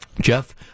Jeff